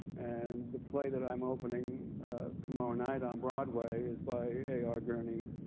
and the play that i'm opening tomorrow night on broadway is by a r. gurney.